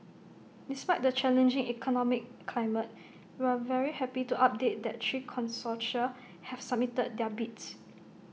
despite the challenging economic climate we're very happy to update that three consortia have submitted their bids